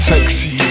Sexy